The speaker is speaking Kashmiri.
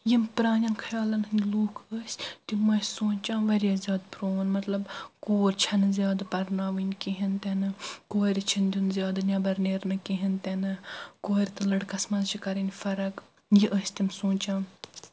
یِم پرٛانٮ۪ن خیالن ہٕنٛدۍ لُکھ ٲسۍ تِم ٲسۍ سونٛچان واریاہ زیادٕ پرون مطلب کوٗر چھنہٕ زیادٕ پرناوٕنۍ کہیٖنۍ تِنہٕ کورِ چھُنہم دِیُن زیادٕ نٮ۪بر نیرنہٕ کہینۍ تِنہٕ کورِ تہٕ لڑکس منٛز چھِ کرٕنۍ فرق یہِ ٲسۍ تِم سونٛچان